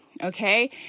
Okay